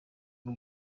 bwo